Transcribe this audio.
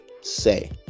say